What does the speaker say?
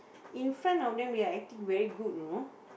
in front of them they are acting very good you know